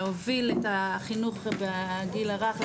להוביל את החינוך בגיל הרך,